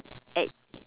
at